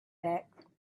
back